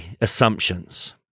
assumptions